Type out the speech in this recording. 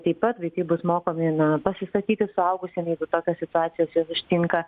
taip pat vaikai bus mokomi na pasisakyti suaugusiem jeigu tokios situacijos juos ištinka